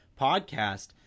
podcast—